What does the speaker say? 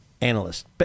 analyst